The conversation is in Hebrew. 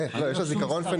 יש כל מיני עובדים,